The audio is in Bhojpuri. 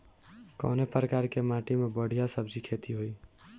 कवने प्रकार की माटी में बढ़िया सब्जी खेती हुई?